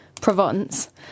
Provence